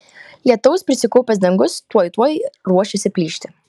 lietaus prisikaupęs dangus tuoj tuoj ruošėsi plyšti